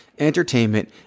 entertainment